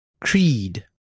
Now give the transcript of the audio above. creed